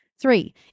Three